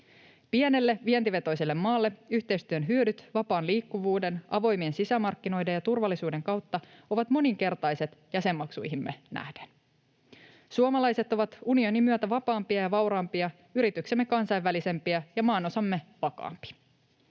Pienelle, vientivetoiselle maalle yhteistyön hyödyt vapaan liikkuvuuden, avoimien sisämarkkinoiden ja turvallisuuden kautta ovat moninkertaiset jäsenmaksuihimme nähden. Suomalaiset ovat unionin myötä vapaampia ja vauraampia, yrityksemme kansainvälisempiä ja maanosamme vakaampi.